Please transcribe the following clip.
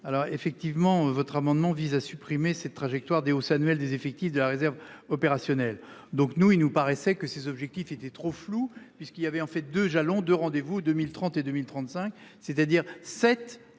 alors effectivement votre amendement vise à supprimer cette trajectoire des hausse annuelle des effectifs de la réserve opérationnelle donc nous il nous paraissait que ses objectifs étaient trop flous puisqu'il y avait en fait 2 jalons de rendez vous, 2030 et 2035, c'est-à-dire sept,